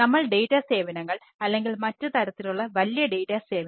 നമ്മൾ ഡേറ്റ തരത്തിലുള്ളവ